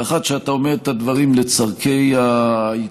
והאחת שאתה אומר את הדברים לצורכי ההתלהמות,